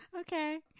Okay